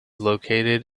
located